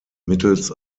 mittels